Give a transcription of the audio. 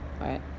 right